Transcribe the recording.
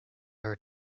her